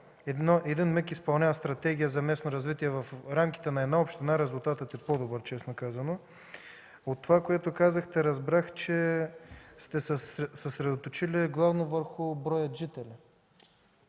група изпълнява Стратегия за местно развитие в рамките на една община, резултатът е по-добър, честно казано. От това, което казахте, разбрах, че сте се съсредоточили главно върху броя жители.